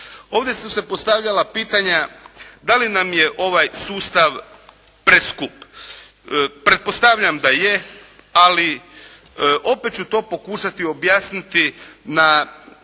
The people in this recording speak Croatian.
Ovdje su se postavljala pitanja da li nam je ovaj sustav preskup? Pretpostavljam da je ali opet ću to pokušati objasniti na